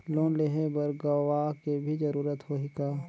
Loan लेहे बर गवाह के भी जरूरत होही का?